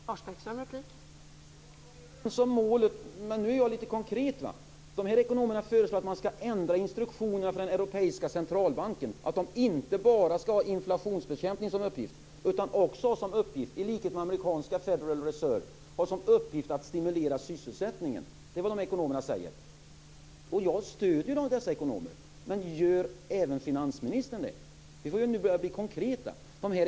Fru talman! Vi är överens om målet. Men nu är jag konkret. De ekonomer jag talar om föreslår att man skall ändra instruktionerna för den europeiska centralbanken så att dess uppgift inte bara blir inflationsbekämpning. Den skall också ha som uppgift att stimulera sysselsättningen, i likhet med amerikanska Federal Reserve. Det är vad ekonomerna säger. Jag stöder dem. Gör även finansministern det? Vi måste börja vara konkreta.